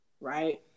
right